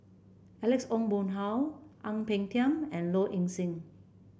Alex Ong Boon Hau Ang Peng Tiam and Low Ing Sing